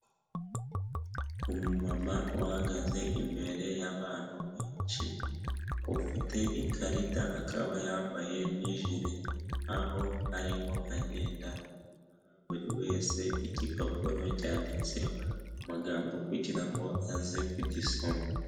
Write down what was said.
Umumama uhagaze imbere y'abantu benshi, ufite ikarita akaba yambaye n'ijire, aho arimo agenda aha buri wese igipapuro cyanditseho amagambo kugira ngo aze kugisoma.